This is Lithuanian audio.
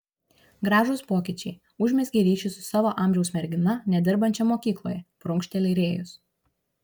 gražūs pokyčiai užmezgei ryšį su savo amžiaus mergina nedirbančia mokykloje prunkšteli rėjus